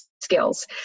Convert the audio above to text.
skills